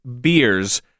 beers